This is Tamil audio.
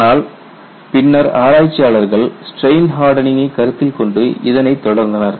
ஆனால் பின்னர் ஆராய்ச்சியாளர்கள் ஸ்ட்ரெயின் ஹார்டனிங்கை கருத்தில் கொண்டு இதனை தொடர்ந்தனர்